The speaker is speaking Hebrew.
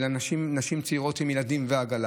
לנשים צעירות עם ילדים ועגלה,